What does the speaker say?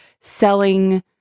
selling